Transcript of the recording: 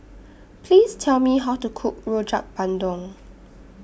Please Tell Me How to Cook Rojak Bandung